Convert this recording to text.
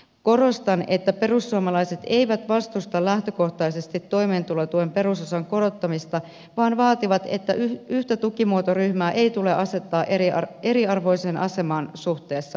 korostan että perussuomalaiset eivät vastusta lähtökohtaisesti toimeentulotuen perusosan korottamista vaan vaativat että yhtä tukimuotoryhmää ei tule asettaa eriarvoiseen asemaan suhteessa muihin